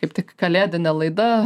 kaip tik kalėdinė laida